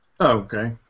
Okay